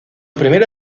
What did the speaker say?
primera